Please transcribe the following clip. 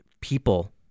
people